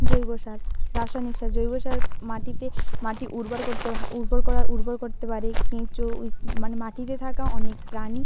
জৈব সার রাসায়নিক সার জৈব সার মাটিতে মাটি উর্বর করতে ভা উর্বর করা উর্বর করতে পারে কেঁচো ই মানে মাটিতে থাকা অনেক প্রাণী